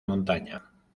montaña